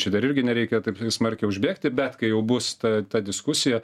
čia dar irgi nereikia taip smarkiai užbėgti bet kai jau bus ta ta diskusija